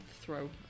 throw